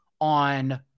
on